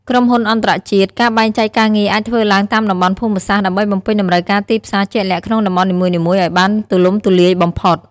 ក្រុមហ៊ុនអន្តរជាតិ ការបែងចែកការងារអាចធ្វើឡើងតាមតំបន់ភូមិសាស្ត្រ ដើម្បីបំពេញតម្រូវការទីផ្សារជាក់លាក់ក្នុងតំបន់នីមួយៗឱ្យបានទូលំទូលាយបំផុត។